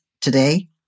today